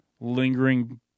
lingering